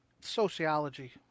sociology